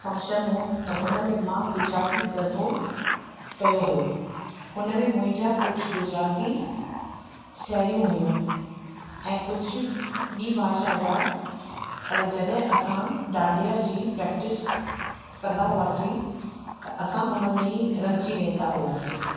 function हुओ त हुन में मां गुजराती गरबो कयो हुओ हुन में मुंहिंजा कुझु गुजराती साहिड़ियूं हुयूं ऐं कुझु ॿीं भाषा जा पर जॾहिं असां डांडिया जी प्रैक्टिस कंदा हुआसीं त असां हुन में ई रंगजी वेंदा हुआसीं